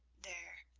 there,